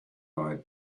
eyed